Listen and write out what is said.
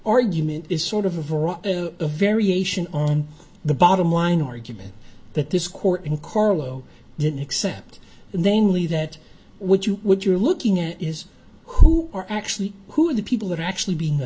argument is sort of wrong a variation on the bottom line argument that this court in carlow didn't accept namely that what you would you're looking at is who are actually who are the people that are actually being